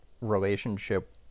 relationship